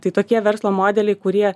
tai tokie verslo modeliai kurie